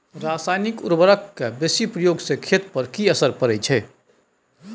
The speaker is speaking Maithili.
रसायनिक उर्वरक के बेसी प्रयोग से खेत पर की असर परै छै?